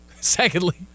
Secondly